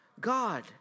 God